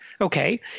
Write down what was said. Okay